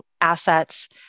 assets